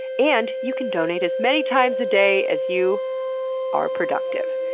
and you can donate as many times a day as you are productive.